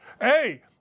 Hey